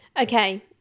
okay